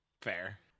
fair